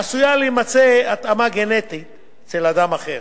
עשויה להימצא התאמה גנטית אצל אדם אחר.